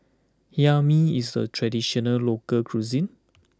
Hae Mee is a traditional local cuisine